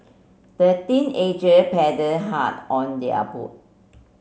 the teenager paddled hard on their boat